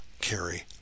carry